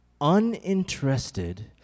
uninterested